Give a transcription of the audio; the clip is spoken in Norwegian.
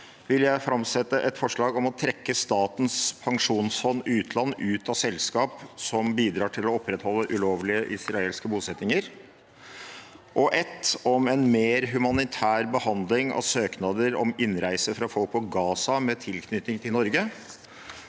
vil jeg framsette et representantforslag om å trekke Statens pensjonsfond utland ut av selskap som bidrar til å opprettholde ulovlige israelske bosettinger, et representantforslag om en mer humanitær behandling av søknader om innreise fra folk på Gaza med tilknytning til Norge